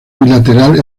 bilateral